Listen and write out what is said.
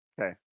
Okay